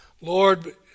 Lord